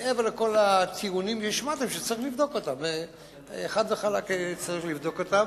מעבר לכל הטיעונים שהשמעתם, צריך לבדוק אותם.